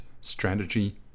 strategy